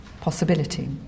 possibility